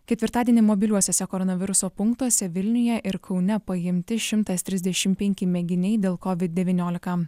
ketvirtadienį mobiliuosiuose koronaviruso punktuose vilniuje ir kaune paimti šimtas trisdešimt penki mėginiai dėl covid devyniolika